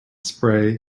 spray